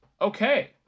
Okay